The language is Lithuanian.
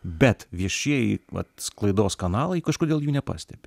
bet viešieji vat sklaidos kanalai kažkodėl jų nepastebi